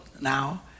now